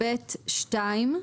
לסעיף 26ה(ב)(2)